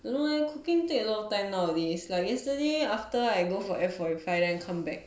don't know eh cooking take a lot of time nowadays like yesterday after I go for F forty five then come back